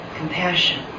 compassion